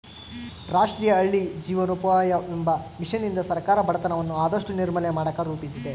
ರಾಷ್ಟ್ರೀಯ ಹಳ್ಳಿ ಜೀವನೋಪಾಯವೆಂಬ ಮಿಷನ್ನಿಂದ ಸರ್ಕಾರ ಬಡತನವನ್ನ ಆದಷ್ಟು ನಿರ್ಮೂಲನೆ ಮಾಡಕ ರೂಪಿಸಿದೆ